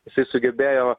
jisai sugebėjo